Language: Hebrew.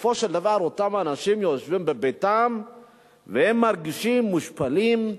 בסופו של דבר אותם אנשים יושבים בביתם והם מרגישים מושפלים,